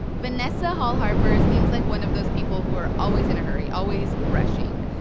vanessa hall-harper seems like one of those people who are always in a hurry, always rushing.